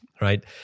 right